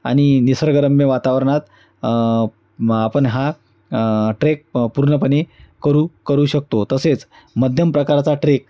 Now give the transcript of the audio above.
आणि निसर्गरम्य वातावरणात मग आपण हा ट्रेक पूर्णपणे करू करू शकतो तसेच मध्यम प्रकाराचा ट्रेक